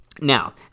Now